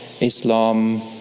Islam